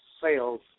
Sales